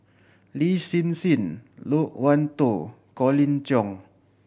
Lin Hsin Hsin Loke Wan Tho Colin Cheong